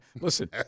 Listen